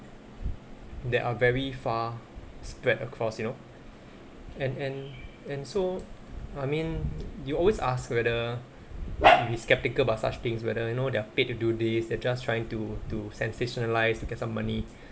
that are very far spread across you know and and and so I mean you always ask whether you can be skeptical about such things whether you know they're paid to do this they're just trying to to sensationalise to get some money